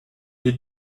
les